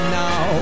now